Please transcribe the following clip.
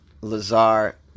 Lazar